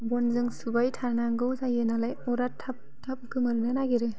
बनजों सुबाय थानांगौ जायो अरा थाब थाब गोमोरनो नागिरो